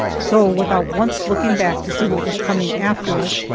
so, without once looking back to see what was coming after us,